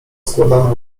składane